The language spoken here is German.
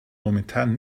momentan